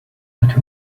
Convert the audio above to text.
but